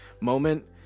moment